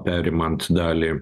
perimant dalį